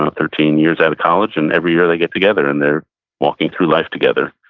ah thirteen years out of college, and every year they get together. and they're walking through life together.